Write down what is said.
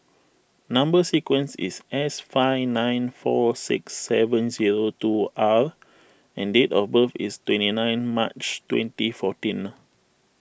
Number Sequence is S five nine four six seven zero two R and date of birth is twenty nine March twenty fourteen